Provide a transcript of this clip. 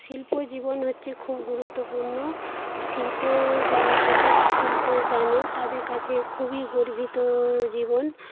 শিল্প জীবন হচ্ছে খুব গুরুত্বপূর্ণ শিল্প যারা হাতের শিল্প জানে তাদের কাছে খুবই গর্বিত জীবন